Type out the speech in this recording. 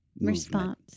response